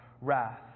wrath